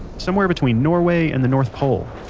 somewhere between norway and the north pole.